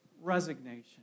Resignation